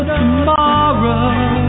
tomorrow